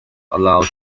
allow